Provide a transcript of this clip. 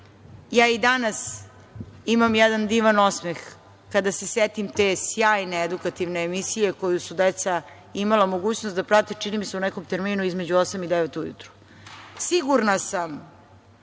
i danas imam jedan divan osmeh kada se setim te sjajne edukativne emisije koju su deca imala mogućnost da prate, čini mi se u nekom terminu između osam i devet ujutru. Sigurna sam